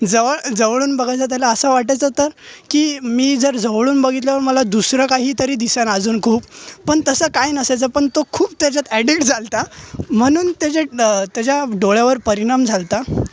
जवळ जवळून बघायचं त्याला असं वाटत होतं की मी जर जवळून बघितल्यावर मला दुसरं काहीतरी दिसेल अजून खूप पण तसं काय नसायचं पण तो खूप त्याच्यात ॲडिक्ट झाला होता म्हणून त्याच्या त्याच्या डोळ्यावर परिणाम झाला होता